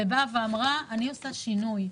והיא באה ואמרה שהיא עושה שינוי.